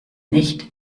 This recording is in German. nicht